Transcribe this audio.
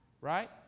right